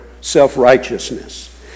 self-righteousness